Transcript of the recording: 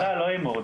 הגרלה, לא הימורים.